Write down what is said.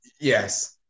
Yes